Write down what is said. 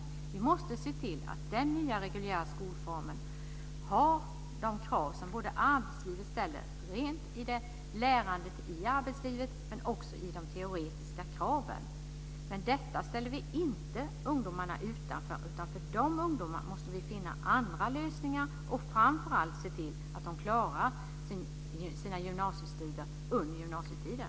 Vi måste se till att den nya reguljära skolformen uppfyller de krav som arbetslivet ställer men också kraven i de teoretiska ämnena. Med detta ställer vi inte ungdomarna utanför, utan för de ungdomarna måste vi finna andra lösningar - framför allt se till att de klarar sina gymnasiestudier under gymnasietiden.